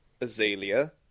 azalea